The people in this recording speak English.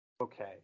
Okay